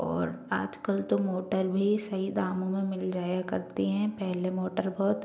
और आजकल तो मोटर भी सही दामों में मिल जाया करती हैं पहले मोटर बहुत